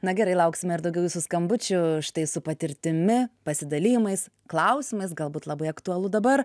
na gerai lauksime ir daugiau jūsų skambučių štai su patirtimi pasidalijimais klausimais galbūt labai aktualu dabar